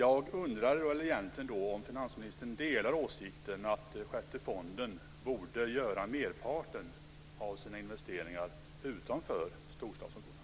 AP-fonden borde göra merparten av sina investeringar utanför storstadsområdena.